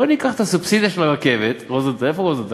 בואו ניקח את הסובסידיה של הרכבת, איפה רוזנטל?